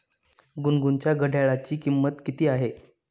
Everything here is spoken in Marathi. गुनगुनच्या घड्याळाची किंमत किती आहे?